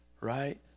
Right